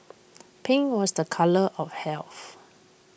pink was the colour of health